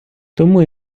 тому